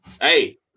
hey